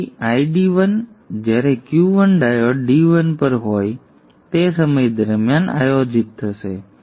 તેથી ID1 જ્યારે Q1 diode D1 પર હોય તે સમય દરમિયાન આયોજિત થશે